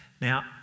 Now